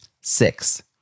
Six